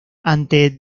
ante